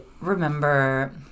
remember